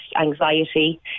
anxiety